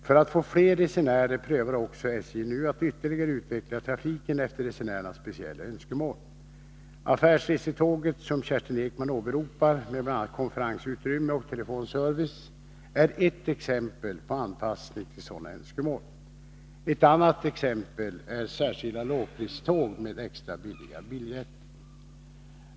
För att få fler resenärer prövar också SJ nu att ytterligare utveckla trafiken efter resenärernas speciella önskemål. Affärsresetåget som Kerstin Ekman åberopar, med bl.a. konferensutrymme och telefonservice, är ett exempel på anpassning till sådana önskemål. Ett annat exempel är särskilda lågpriståg med extra billiga biljetter.